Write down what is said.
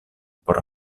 por